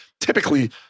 typically